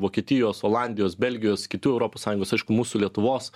vokietijos olandijos belgijos kitų europos sąjungos aišku mūsų lietuvos